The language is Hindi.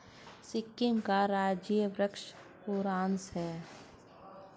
सिक्किम का राजकीय वृक्ष बुरांश है